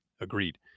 Agreed